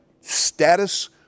status